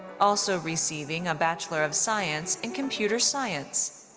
also receiving a bachelor of science in computer science.